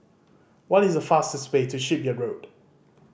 what is the fastest way to Shipyard Road